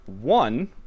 one